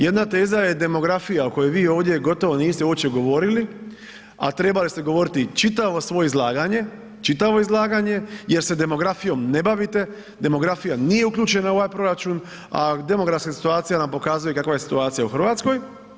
Jedna teza je demografija o kojoj vi ovdje gotovo niste uopće govorili a trebali ste govoriti čitavo svoje izlaganje, čitavo izlaganje jer se demografijom ne bavite, demografija nije uključena u ovaj proračun a demografska situacija nam pokazuje kakva je situacija u Hrvatskoj.